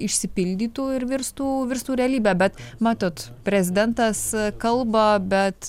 išsipildytų ir virstų virstų realybe bet matot prezidentas kalba bet